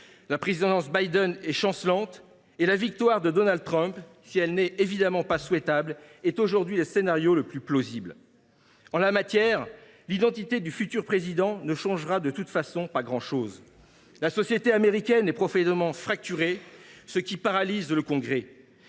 La présidence Biden est chancelante, et la victoire de Donald Trump à la prochaine présidentielle est aujourd’hui le scénario le plus plausible. Au reste, l’identité du futur président ne changera pas grand chose : la société américaine est profondément fracturée, ce qui paralyse le Congrès.